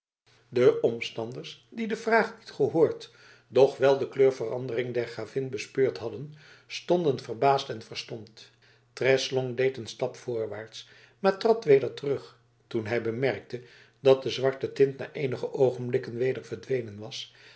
de omstanders die de vraag niet gehoord doch wel de kleurverandering der gravin bespeurd hadden stonden verbaasd en verstomd treslong deed een stap voorwaarts maar trad weder terug toen hij bemerkte dat de zwarte tint na eenige oogenblikken weder verdwenen was